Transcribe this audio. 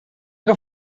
que